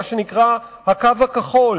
מה שנקרא הקו הכחול